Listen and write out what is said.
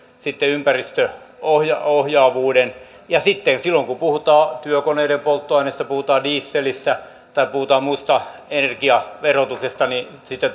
sitten ympäristöohjaavuuden kanssa ja silloin kun puhutaan työkoneiden polttoaineista puhutaan dieselistä tai puhutaan muusta energiaverotuksesta niin sitten